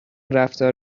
رفتار